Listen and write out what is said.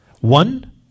One